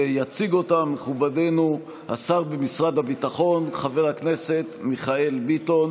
ויציג אותה מכובדנו השר במשרד הביטחון חבר הכנסת מיכאל ביטון,